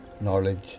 knowledge